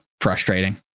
frustrating